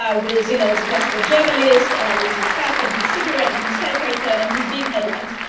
ah with you know, as a classical journalist with his hat and his cigarette and his typewriter and these big headlines.